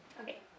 Okay